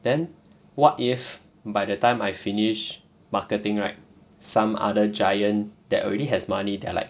then what if by the time I finish marketing right some other giant that already has money they are like